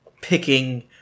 picking